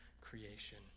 creation